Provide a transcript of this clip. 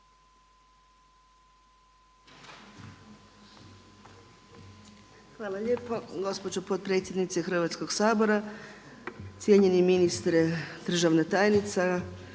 Hvala lijepa. Gospođo potpredsjednice Hrvatskoga sabora, cijenjeni ministre, državna tajnice,